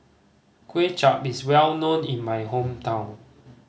Kway Chap is well known in my hometown